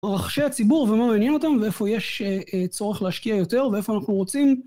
הרכשי הציבור ומה מעניין אותם ואיפה יש צורך להשקיע יותר ואיפה אנחנו רוצים.